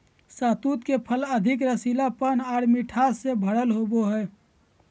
शहतूत के फल अधिक रसीलापन आर मिठास से भरल होवो हय